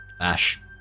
ash